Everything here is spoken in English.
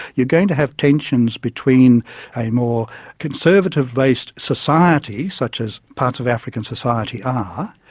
you're going to have tensions between a more conservative-based society such as parts of african society are,